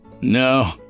No